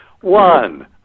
One